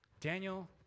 Daniel